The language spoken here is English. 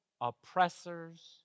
oppressors